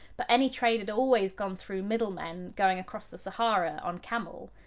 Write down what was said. but any trade had always gone through middlemen going across the sahara on camel.